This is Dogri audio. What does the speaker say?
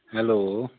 हैल्लो